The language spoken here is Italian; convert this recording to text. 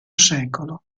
secolo